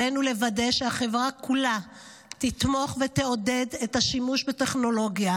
עלינו לוודא שהחברה כולה תתמוך ותעודד את השימוש בטכנולוגיה,